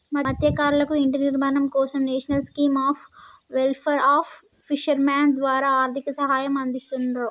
మత్స్యకారులకు ఇంటి నిర్మాణం కోసం national scheme of welfare of fishermen ద్వారా ఆర్థిక సహాయం అందిస్తున్రు